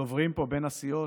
לדוברים פה של הסיעות.